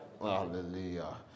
Hallelujah